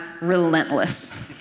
relentless